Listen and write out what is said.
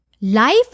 Life